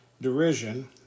derision